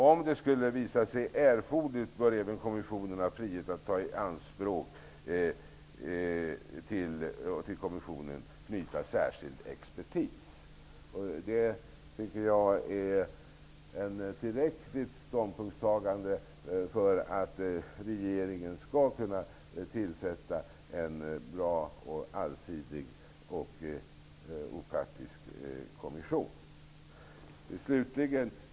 Om det skulle visa sig erforderligt, bör även kommissionen ha frihet att ta i anspråk och till kommissionen knyta särskild expertis.'' Jag tycker att det är ett tillräckligt ståndpunktstagande, för att regeringen skall kunna tillsätta en bra, allsidig och opartisk kommission.